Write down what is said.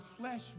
flesh